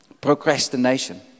Procrastination